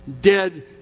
dead